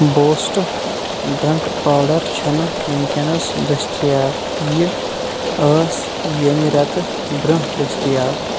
boost drink powder چھنہٕ وٕنکیٚنَس دٔستِیاب، یہِ ٲسۍ ییٚمہِ رٮ۪تہٕ برونٛہہ دٔستِیاب